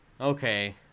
okay